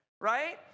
right